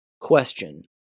Question